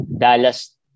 Dallas